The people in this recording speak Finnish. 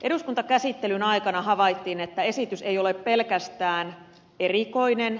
eduskuntakäsittelyn aikana havaittiin että esitys ei ole pelkästään erikoinen